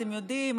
ואתם יודעים,